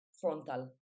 frontal